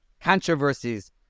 controversies